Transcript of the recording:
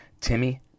Timmy